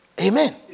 Amen